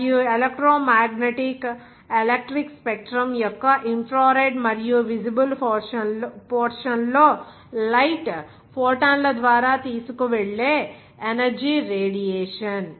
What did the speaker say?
మరియు electromagnetic electric spectrum యొక్క infrared మరియు విజిబుల్ పోర్షన్ లో లైట్ ఫోటాన్ల ద్వారా తీసుకు వెళ్ళే ఎనర్జీ రేడియేషన్